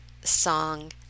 song